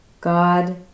God